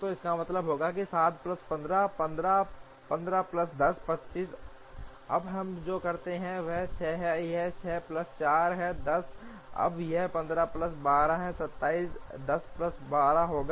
तो इसका मतलब होगा 7 प्लस 8 15 15 प्लस 10 25 अब हम जो करते हैं वह 6 है यह 6 प्लस 4 है 10 अब यह 15 प्लस 12 27 10 प्लस 12 होगा